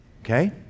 okay